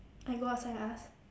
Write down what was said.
I go outside and ask